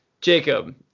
Jacob